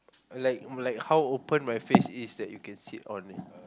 like like how open my face is that you can sit on it